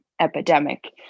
epidemic